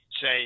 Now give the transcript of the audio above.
say